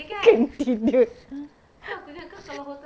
canteen dia